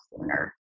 sooner